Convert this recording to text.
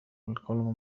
القلم